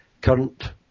current